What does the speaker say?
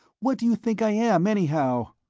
what do you think i am, anyhow?